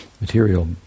material